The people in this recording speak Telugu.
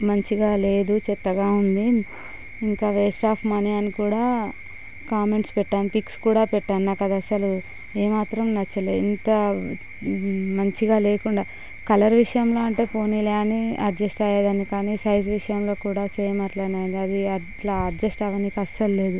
మంచిగా లేదు చెత్తగా ఉంది ఇంకా వేస్ట్ ఆఫ్ మనీ అని కూడా కామెంట్స్ పెట్టాను పిక్స్ కూడా పెట్టాను నాకు అసలు ఏమాత్రం నచ్చలేదు ఎంత మంచిగా లేకుండా కలర్ విషయంలో అంటే పోనీలే అడ్జస్ట్ అయ్యేదాన్ని కానీ సైజ్ విషయంలో కూడా సేమ్ అట్లనే ఉంది అలాగే అట్లా అడ్జస్ట్ అవన్నీ అస్సలు లేదు